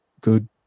good